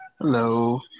Hello